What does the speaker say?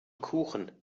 kuchen